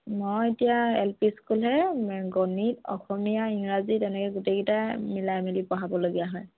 মই এতিয়া এলপি স্কুলহে গণিত অসমীয়া ইংৰাজী তেনেকে গোটেইকেইটাই মিলাই মেলি পঢ়াবলগীয়া হয়